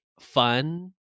fun